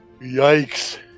Yikes